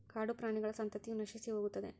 ಕಾಡುಪ್ರಾಣಿಗಳ ಸಂತತಿಯ ನಶಿಸಿಹೋಗುತ್ತದೆ